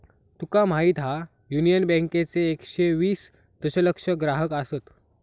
तुका माहीत हा, युनियन बँकेचे एकशे वीस दशलक्ष ग्राहक आसत